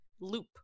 loop